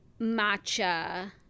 matcha